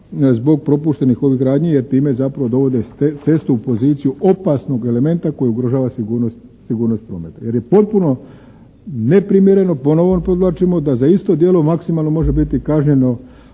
zbog propuštenih ovih radnji jer time zapravo dovode cestu u poziciju opasnog elementa koji ugrožava sigurnost prometa. Jer je potpuno neprimjereno, ponovno podvlačimo, da za isto djelo maksimalno može biti kažnjeno,